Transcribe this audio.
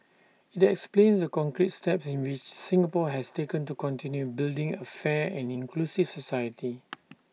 IT explains the concrete steps in which Singapore has taken to continue building A fair and inclusive society